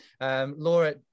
Laura